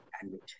sandwich